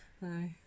No